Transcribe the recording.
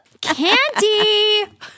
Candy